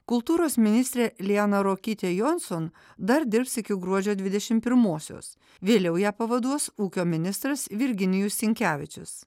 kultūros ministrė liana ruokytė jonson dar dirbs iki gruodžio dvidešimt pirmosios vėliau ją pavaduos ūkio ministras virginijus sinkevičius